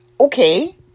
Okay